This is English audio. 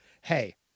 Hey